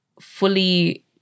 fully